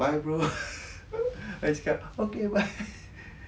bye brother aku cakap okay bye